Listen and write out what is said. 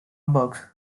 bugs